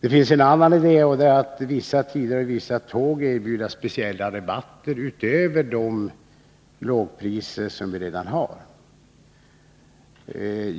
En annan idé är att det under vissa tider på vissa tåg kan erbjudas speciella rabatter utöver de lågpriser som vi redan har.